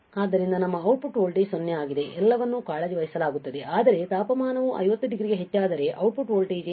ಆದ್ದರಿಂದ ನಮ್ಮ output voltage 0 ಆಗಿದೆ ಎಲ್ಲವನ್ನೂ ಕಾಳಜಿ ವಹಿಸಲಾಗುತ್ತದೆ ಆದರೆ ತಾಪಮಾನವು 50 ಡಿಗ್ರಿಗೆ ಹೆಚ್ಚಾದರೆ ಔಟ್ಪುಟ್ ವೋಲ್ಟೇಜ್ ಏನಾಗುತ್ತದೆ